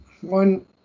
one